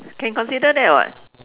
can consider that [what]